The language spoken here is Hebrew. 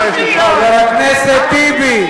מי בנה את המדינה?